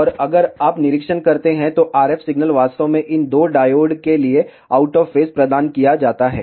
और अगर आप निरीक्षण करते हैं तो RF सिग्नल वास्तव में इन दो डायोड के लिए आउट ऑफ फेज प्रदान किया जाता है